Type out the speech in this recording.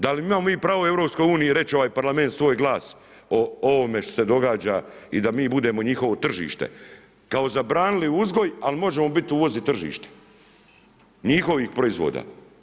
Da li mi imamo pravo u EU, reći ovaj parlament svoj glas, o ovome što se događa i da mi budemo njihovo tržište, kao zabranili uzgoj, ali možemo biti uvozit tržište, njihovih proizvoda.